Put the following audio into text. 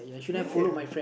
really ah